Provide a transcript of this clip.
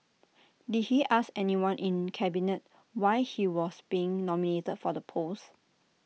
did he ask anyone in cabinet why he was being nominated for the post